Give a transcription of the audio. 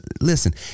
listen